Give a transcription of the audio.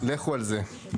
לכו על זה.